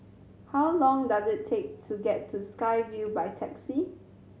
how long does it take to get to Sky Vue by taxi